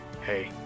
hey